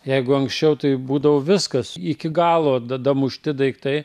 jeigu anksčiau tai būdavo viskas iki galo damušti daiktai